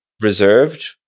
reserved